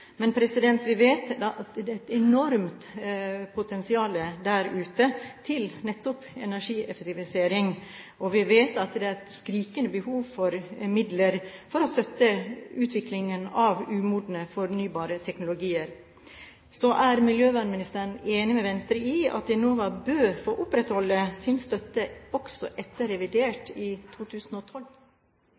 Men vi vet at det er et enormt potensial der ute for nettopp energieffektivisering. Vi vet at det er et skrikende behov for midler for å støtte utviklingen av umodne fornybare teknologier. Så er miljøvernministeren enig med Venstre i at Enova bør få opprettholde sin støtte også etter revidert i 2012?